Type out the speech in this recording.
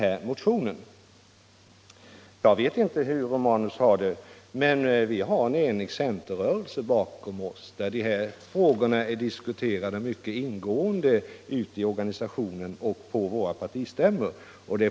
Jag vet inte hur herr Romanus har det i sitt förhållande till sitt parti, men jag har en enig centerrörelse bakom mig i dessa frågor som har diskuterats mycket ingående ute i våra organisationer och på våra partistämmor.